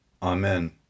Amen